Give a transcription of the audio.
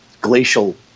glacial